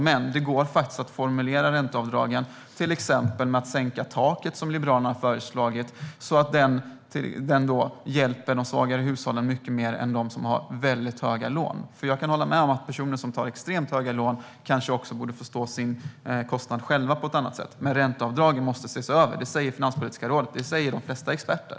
Men det går att formulera ränteavdragen genom att som Liberalerna föreslagit till exempel sänka taken så att det hjälper de svagare hushållen mycket mer än dem som har väldigt höga lån. Jag kan hålla med om att personer som tar extremt höga lån kanske borde få stå för sin kostnad själva på ett helt annat sätt. Men ränteavdragen måste ses över. Det säger Finanspolitiska rådet och de flesta experter.